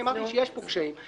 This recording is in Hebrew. אני אמרתי שיש פה קשיים.